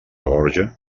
gorja